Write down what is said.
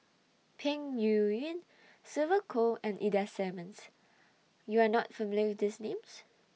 Peng Yuyun Sylvia Kho and Ida Simmons YOU Are not familiar with These Names